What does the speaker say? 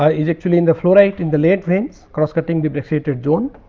ah is actually in the fluorite in the late rains cross cutting the brachiated zone.